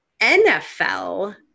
NFL